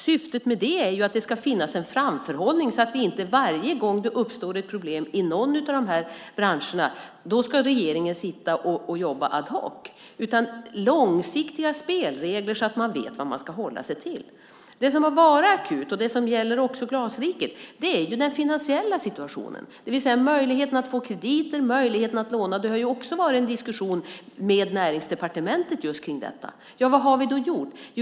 Syftet är att det ska finnas en framförhållning så att inte regeringen ska sitta och jobba ad hoc varje gång det uppstår ett problem i någon av de här branscherna. Det ska vara långsiktiga spelregler så att man vet vad man ska hålla sig till. Det som har varit akut, och det gäller också Glasriket, är den finansiella situationen - möjligheten att få krediter, möjligheten att låna. Det har också varit en diskussion med Näringsdepartementet just kring detta. Vad har vi då gjort?